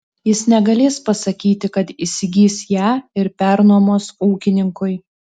jis negalės pasakyti kad įsigys ją ir pernuomos ūkininkui